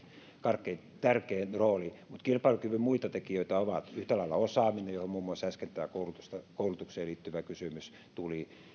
kaikkein tärkein rooli mutta kilpailukyvyn muita tekijöitä ovat yhtä lailla osaaminen johon tuli äsken muun muassa tämä koulutukseen liittyvä kysymys sekä